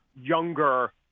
younger